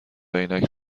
عینک